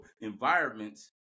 environments